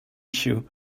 issue